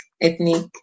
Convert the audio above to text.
ethnic